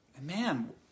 man